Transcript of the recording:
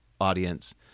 audience